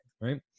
Right